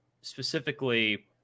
specifically